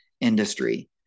industry